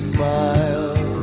Smile